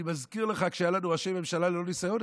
אני מזכיר לך שכשהיו לנו ראשי ממשלה ללא ניסיון,